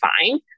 fine